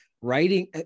writing